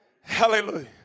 Hallelujah